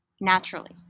naturally